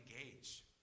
engage